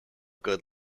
good